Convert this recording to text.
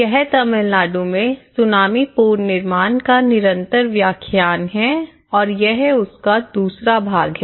यह तमिलनाडु में सुनामी पुनर्निर्माण का निरंतर व्याख्यान है और यह उसका दूसरा भाग है